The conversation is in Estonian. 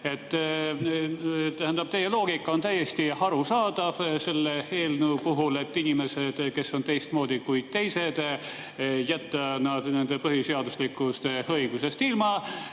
Tähendab, teie loogika on täiesti arusaadav selle eelnõu puhul – inimesed, kes on teistmoodi kui teised, tuleb jätta nende põhiseaduslikust õigusest ilma.